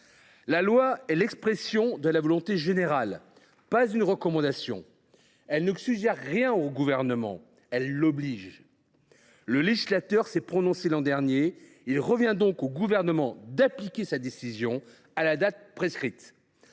La loi est l’expression de la volonté générale, non une recommandation. Elle ne suggère rien au Gouvernement ; elle l’oblige. Le législateur s’étant prononcé l’an dernier, il revient au Gouvernement d’appliquer sa décision à la date prescrite.